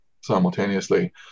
simultaneously